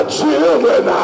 children